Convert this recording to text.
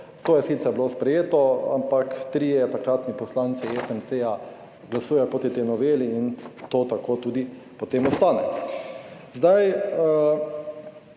To je sicer bilo sprejeto. Ampak trije takratni poslanci SMC glasujejo proti tej noveli. In to tako tudi potem ostane.